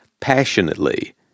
passionately